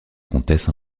comtesse